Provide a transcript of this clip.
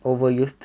overused